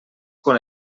quan